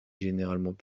généralement